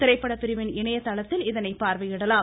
திரைப்பட பிரிவின் இணையதளத்தில் இதனை பார்வையிடலாம்